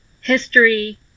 history